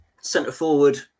centre-forward